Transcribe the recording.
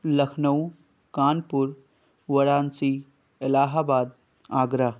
Lucknow Kanpur Varanasi Allahabad Agra